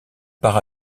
par